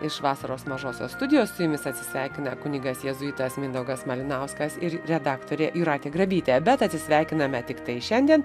iš vasaros mažosios studijos su jumis atsisveikina kunigas jėzuitas mindaugas malinauskas ir redaktorė jūratė grabytė bet atsisveikiname tiktai šiandien